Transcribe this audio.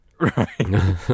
Right